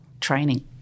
training